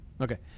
Okay